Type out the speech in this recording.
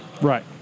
Right